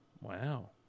Wow